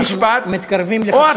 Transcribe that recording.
אנחנו מתקרבים לחצות.